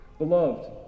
Beloved